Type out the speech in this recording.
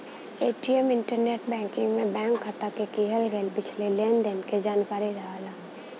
ATM या internet banking में bank खाता में किहल गयल पिछले लेन देन क जानकारी रहला